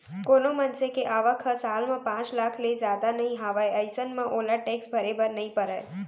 कोनो मनसे के आवक ह साल म पांच लाख ले जादा नइ हावय अइसन म ओला टेक्स भरे बर नइ परय